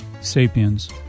Sapiens